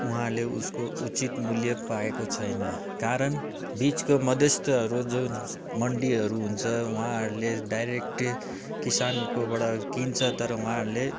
उहाँले उसको उचित मुल्य पाएको छैन कारण बिचको मध्यस्तहरू जो मन्ड्डीहरू हुन्छ उहाँहरूले डाइरेक्ट किसानकोबाट किन्छ तर उहाँहरूले